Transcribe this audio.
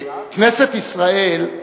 כנסת ישראל,